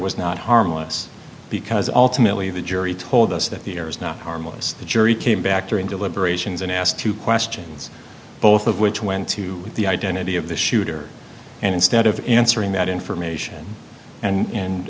was not harmless because ultimately the jury told us that the air is not harmless the jury came back during deliberations and asked two questions both of which went to the identity of the shooter and instead of answering that information